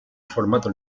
formato